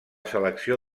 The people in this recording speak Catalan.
selecció